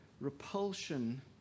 repulsion